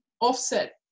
offset